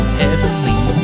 heavenly